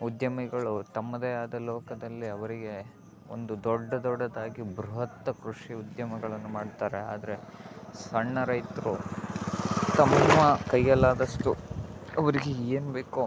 ಉದ್ಯಮಿಗಳು ತಮ್ಮದೇ ಆದ ಲೋಕದಲ್ಲಿ ಅವರಿಗೆ ಒಂದು ದೊಡ್ಡ ದೊಡ್ಡದಾಗಿ ಬೃಹತ್ ಕೃಷಿ ಉದ್ಯಮಗಳನ್ನು ಮಾಡ್ತಾರೆ ಆದರೆ ಸಣ್ಣ ರೈತರು ತಮ್ಮ ಕೈಯಲ್ಲಾದಷ್ಟು ಅವರಿಗೆ ಏನು ಬೇಕೋ